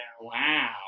Wow